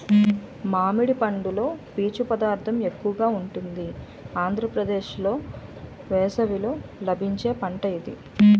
మామిడి పండులో పీచు పదార్థం ఎక్కువగా ఉంటుంది ఆంధ్రప్రదేశ్లో వేసవిలో లభించే పంట ఇది